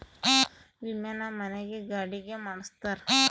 ವಿಮೆನ ಮನೆ ಗೆ ಗಾಡಿ ಗೆ ಮಾಡ್ಸ್ತಾರ